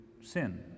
sin